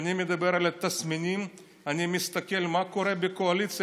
כשאני מדבר על התסמינים אני מסתכל מה קורה בקואליציה,